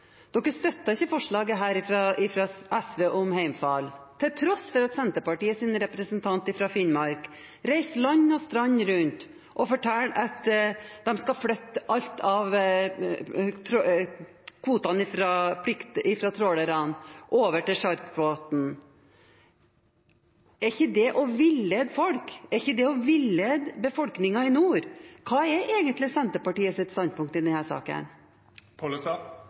Dere støtter ikke forslaget fra SV om hjemfall til tross for at Senterpartiets representant fra Finnmark reiser land og strand rundt og forteller at de skal flytte alt av kvoter fra trålerne over til sjarkbåten. Er ikke det å villede folk? Er ikke det å villede befolkningen i nord? Hva er egentlig Senterpartiets standpunkt i